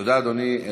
תודה, אדוני.